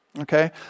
okay